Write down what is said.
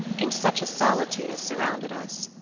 in such a solitude as surrounded us.